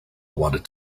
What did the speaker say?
wanted